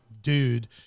dude